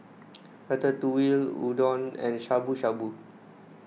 Ratatouille Udon and Shabu Shabu